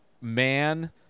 man